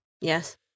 Yes